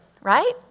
right